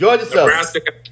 Georgia